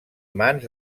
mans